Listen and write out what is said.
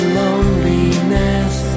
loneliness